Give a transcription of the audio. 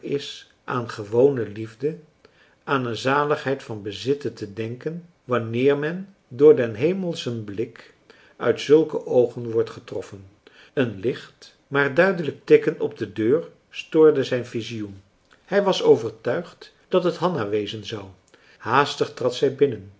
is aan gewone liefde aan een zaligheid van bezitten te denken wanneer men door den hemelschen blik uit zulke oogen wordt getroffen een licht maar duidelijk tikken op de deur stoorde zijn visioen hij was overtuigd dat het hanna wezen zou haastig trad zij binnen